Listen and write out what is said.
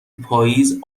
پاییز